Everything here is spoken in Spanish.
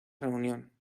reunión